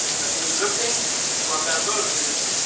i think it's a good thing because what that does is